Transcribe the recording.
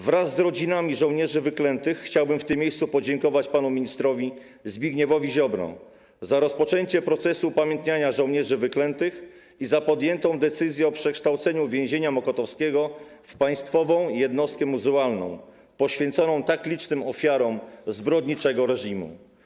Wraz z rodzinami żołnierzy wyklętych chciałbym w tym miejscu podziękować panu ministrowi Zbigniewowi Ziobrze za rozpoczęcie procesu upamiętniania żołnierzy wyklętych i za podjętą decyzję o przekształceniu więzienia mokotowskiego w państwową jednostkę muzealną poświęconą tak licznym ofiarom zbrodniczego reżymu.